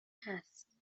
هست